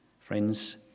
Friends